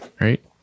Right